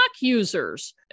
users